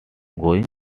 going